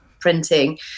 printing